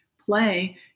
play